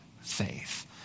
faith